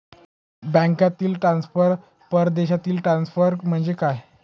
बँकांतील ट्रान्सफर, परदेशातील ट्रान्सफर म्हणजे काय?